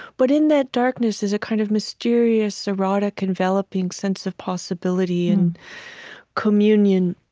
but in that darkness is a kind of mysterious, erotic, enveloping sense of possibility and communion.